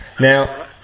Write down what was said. Now